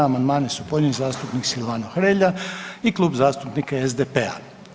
Amandmane su podnijeli zastupnik Silvano Hrelja i Klub zastupnika SDP-a.